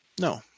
No